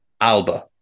Alba